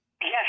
yes